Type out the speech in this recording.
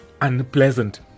unpleasant